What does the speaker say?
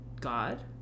God